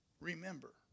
remember